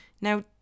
now